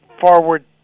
forward